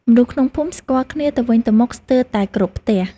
មនុស្សក្នុងភូមិស្គាល់គ្នាទៅវិញទៅមកស្ទើរតែគ្រប់ផ្ទះ។